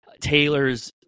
Taylor's